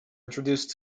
introduced